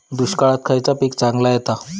दुष्काळात खयला पीक चांगला येता?